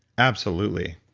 absolutely.